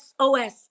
SOS